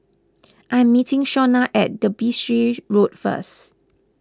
I am meeting Shawna at Derbyshire Road first